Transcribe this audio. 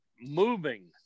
moving